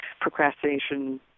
procrastination